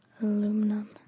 aluminum